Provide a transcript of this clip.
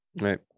Right